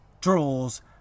draws